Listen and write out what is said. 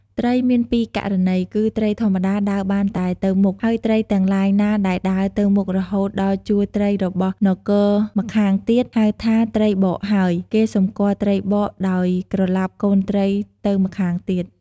ត្រី មានពីរករណី គឺ ត្រីធម្មតាដើរបានតែទៅមុខ ហើយត្រីទាំងឡាយណាដែលដើរទៅមុខរហូតដល់ជួរត្រីរបស់នគរម្ខាងទៀត ហៅថា ត្រីបកហើយ គេសម្គាល់ត្រីបក ដោយក្រឡាប់កូនត្រីទៅម្ខាងទៀត